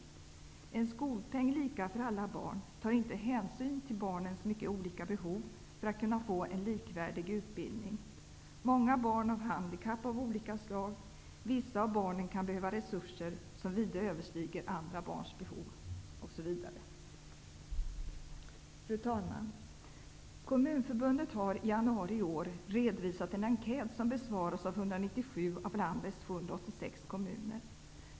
En skolpeng, som är lika för alla barn, tar inte hänsyn till barnens mycket olika behov för att kunna få en likvärdig utbildning. Många barn har handikapp av olika slag. Vissa av barnen kan behöva resurser som vida överstiger andra barns behov osv. Fru talman! Kommunförbundet har i januari i år redovisat en enkät som har besvarats av 197 av landets 286 kommuner.